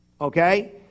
Okay